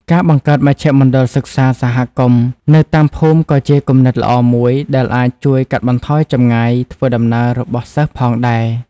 ការបង្កើតមជ្ឈមណ្ឌលសិក្សាសហគមន៍នៅតាមភូមិក៏ជាគំនិតល្អមួយដែលអាចជួយកាត់បន្ថយចម្ងាយធ្វើដំណើររបស់សិស្សផងដែរ។